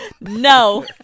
No